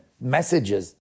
messages